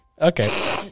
Okay